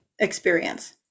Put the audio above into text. experience